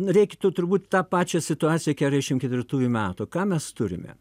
reiktų turbūt tą pačią situaciją keturiasdešim ketvirtųjų metų ką mes turime